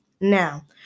Now